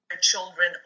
children